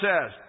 says